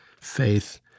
faith